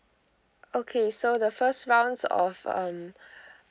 okay so the first rounds of um